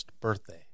birthday